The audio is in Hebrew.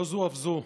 לא זו אף זו,